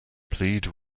plead